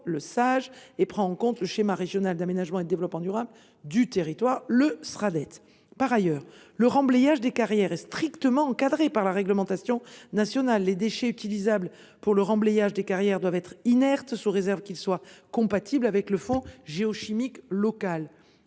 (Sage), et prend en compte le schéma régional d’aménagement, de développement durable et d’égalité des territoires (Sraddet). Par ailleurs, le remblayage des carrières est strictement encadré par la réglementation nationale : les déchets utilisables en la matière doivent être inertes, sous réserve qu’ils soient compatibles avec le fond géochimique local.